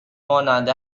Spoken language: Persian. مانند